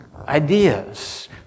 ideas